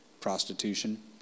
prostitution